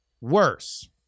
worse